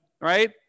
right